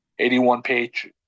81-page